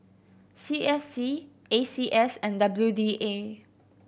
C S C A C S and W D A